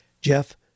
Jeff